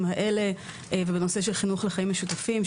האלה ובנושא של חינוך לחיים משותפים,